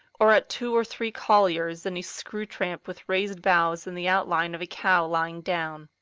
or at two or three colliers and a screw tramp with raised bows in the outline of a cow lying down.